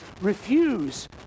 refuse